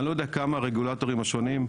אני לא יודע כמה הרגולטורים השונים,